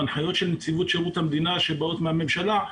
הנחיות נציבות שירות המדינה שבאות מהממשלה.